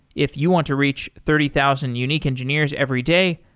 if you want to reach thirty thousand unique engineers every day,